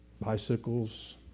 bicycles